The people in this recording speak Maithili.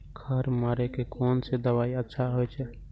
खर मारे के कोन से दवाई अच्छा होय छे?